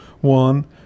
one